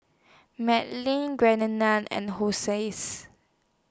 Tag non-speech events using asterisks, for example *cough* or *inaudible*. Melvyn *unintelligible* and Hosea's